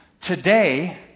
Today